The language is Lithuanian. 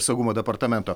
saugumo departamento